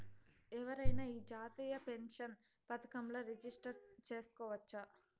ఎవరైనా ఈ జాతీయ పెన్సన్ పదకంల రిజిస్టర్ చేసుకోవచ్చట